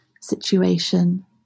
situation